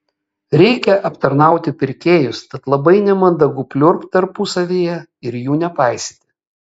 reikia aptarnauti pirkėjus tad labai nemandagu pliurpt tarpusavyje ir jų nepaisyti